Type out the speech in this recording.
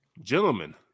gentlemen